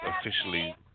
officially